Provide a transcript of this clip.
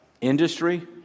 industry